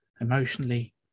emotionally